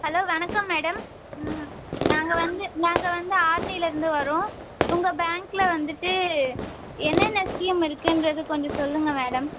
hello வணக்கம் madam ம் நாங்கள் வந்து நாங்கள் வந்து ஆரணியிலேருந்து வர்றோம் உங்கள் பேங்க்கில் வந்துட்டு என்னென்ன ஸ்கீம் இருக்குங்கிறது கொஞ்சம் சொல்லுங்கள் மேடம்